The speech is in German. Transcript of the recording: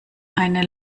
eine